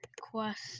quest